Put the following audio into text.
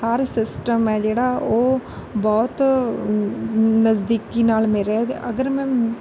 ਹਰ system ਹੈ ਜਿਹੜਾ ਉਹ ਬਹੁਤ ਨ ਨਜ਼ਦੀਕੀ ਨਾਲ ਮਿਲ ਰਿਹਾ ਅਤੇ ਅਗਰ ਮੈਂ